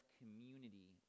community